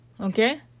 okay